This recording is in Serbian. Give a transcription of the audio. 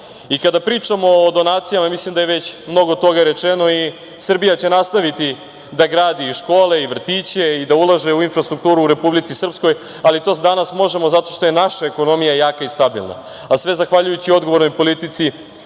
pričamo o donacijama, mislim da je već mnogo toga rečeno i Srbija će nastaviti da gradi i škole i vrtiće i da ulaže u infrastrukturu u Republici Srpskoj, a to danas možemo zato što je naša ekonomija jaka i stabilna, a sve zahvaljujući odgovornoj politici